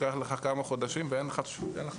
ייקח לך כמה חודשים ואין לך שוברים,